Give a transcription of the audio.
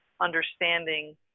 understanding